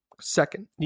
Second